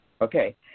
Okay